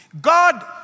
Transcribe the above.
God